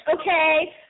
okay